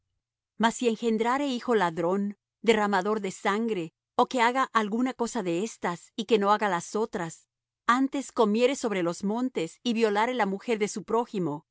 si engendrare hijo ladrón derramador de sangre ó que haga alguna cosa de éstas y que no haga las otras antes comiere sobre los montes ó violare la mujer de su prójimo